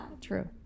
True